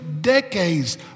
decades